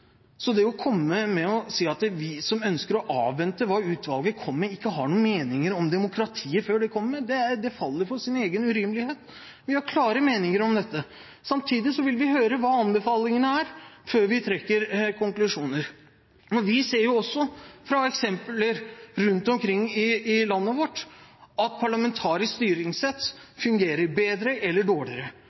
Så det å komme og si at vi som ønsker å avvente hva utvalget kommer med, ikke har noen meninger om demokratiet før det kommer, faller på sin egen urimelighet. Vi har klare meninger om dette. Samtidig vil vi høre hva anbefalingene er, før vi trekker konklusjoner. Vi ser også fra eksempler rundt omkring i landet vårt at parlamentarisk styringsrett fungerer bedre eller dårligere,